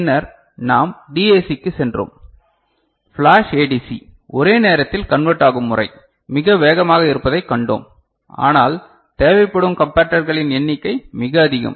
பின்னர் நாம் ஏடிசிக்குச் சென்றோம் ஃபிளாஷ் ஏடிசி ஒரே நேரத்தில் கன்வர்ட் ஆகும் முறை மிக வேகமாக இருப்பதைக் கண்டோம் ஆனால் தேவைப்படும் கம்பரட்டர்களின் எண்ணிக்கை மிகப் அதிகம்